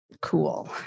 cool